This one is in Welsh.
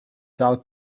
dal